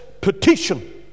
petition